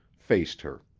faced her.